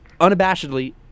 unabashedly